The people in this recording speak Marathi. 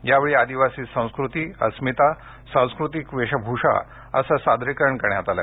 यावेळी आदिवासी संस्कृती अस्मिता सांस्कृतिक वेशभूषा असं सादरीकरण करण्यात आलं